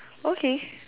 okay